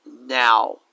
now